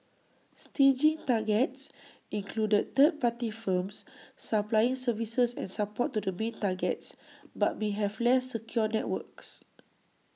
staging targets included third party firms supplying services and support to the main targets but may have less secure networks